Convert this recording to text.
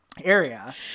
area